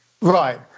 Right